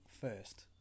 first